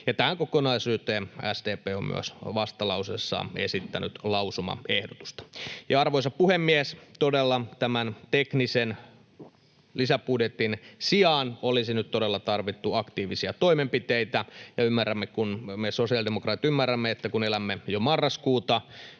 Tähän kokonaisuuteen SDP on myös vastalauseessaan esittänyt lausumaehdotusta. Arvoisa puhemies! Todella tämän teknisen lisäbudjetin sijaan olisi nyt todella tarvittu aktiivisia toimenpiteitä. Ja me sosiaalidemokraatit ymmärrämme, että kun elämme jo marraskuuta,